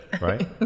Right